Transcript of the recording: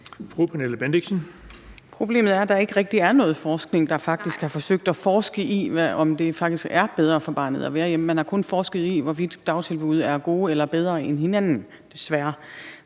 Pernille Bendixen (DF): Problemet er, at der ikke rigtig er nogen forskning, der faktisk har forsøgt at undersøge, om det er bedre for barnet at være hjemme. Man har kun forsket i, hvorvidt dagtilbud er gode, og hvilke af dem der er